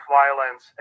violence